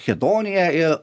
hedonija ir